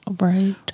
right